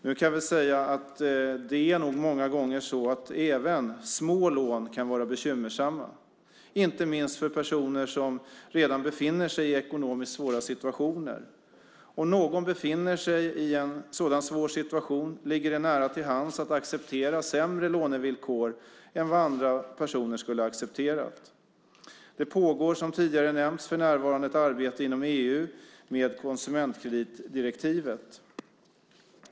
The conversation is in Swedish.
Nu kan vi säga att även små lån nog många gånger kan vara bekymmersamma, inte minst för personer som redan befinner sig i ekonomiskt svåra situationer. Om någon befinner sig i en sådan svår situation ligger det nära till hands att acceptera sämre lånevillkor än vad andra personer skulle ha accepterat. För närvarande pågår, som tidigare nämnts, ett arbete inom EU gällande konsumentkreditdirektivet.